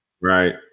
Right